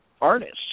artists